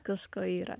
kažko yra